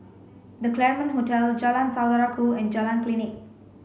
The Claremont Hotel Jalan Saudara Ku and Jalan Klinik